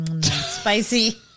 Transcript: spicy